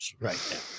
right